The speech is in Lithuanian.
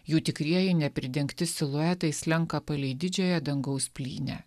jų tikrieji nepridengti siluetai slenka palei didžiąją dangaus plynę